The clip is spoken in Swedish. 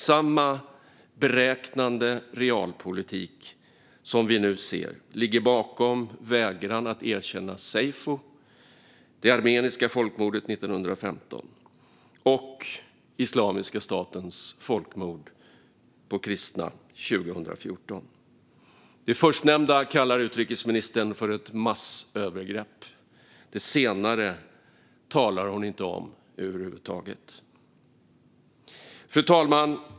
Samma beräknande realpolitik som vi nu ser ligger bakom vägran att erkänna seyfo, det armeniska folkmordet 1915, och Islamiska statens folkmord på kristna 2014. Det förstnämnda kallar utrikesministern för ett massövergrepp. Det senare talar hon inte om över huvud taget. Fru talman!